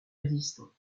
résistants